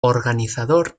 organizador